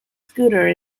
scooter